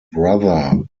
brother